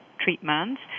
treatments